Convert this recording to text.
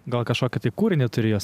gal kažkokį tai kūrinį turi jos